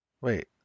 wait